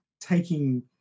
taking